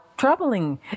troubling